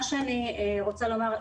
מה שאני רוצה לומר,